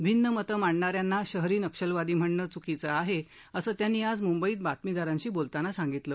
भिन्न मतं मांडणाऱ्यांना शहरी नक्षलवादी म्हणणं चुकीचं आहे असं त्यांनी आज मुंबईत बातमीदारांशी बोलताना सांगितलं